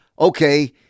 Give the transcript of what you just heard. okay